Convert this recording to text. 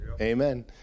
Amen